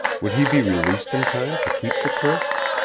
would he be released in time to keep the tryst?